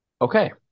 Okay